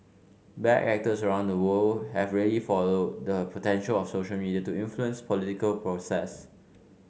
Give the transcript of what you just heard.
bad actors around the world have really followed the potential of social media to influence political process